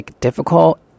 difficult